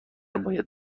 باید